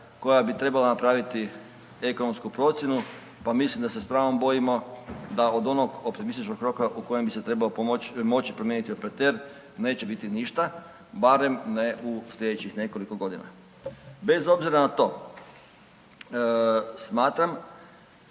koja bi trebala napraviti ekonomsku procjenu pa mislim da se s pravom bojimo da od onog optimističnog roka u kojem bi se trebao moći promijeniti operater neće biti ništa, barem ne u sljedećih nekoliko godina. Bez obzira na to smatram